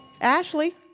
Ashley